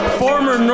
former